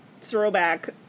throwback